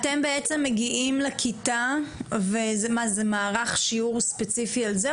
אתם בעצם מגיעים לכיתה וזה מערך שיעור ספציפי על זה,